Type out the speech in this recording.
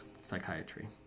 psychiatry